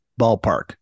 ballpark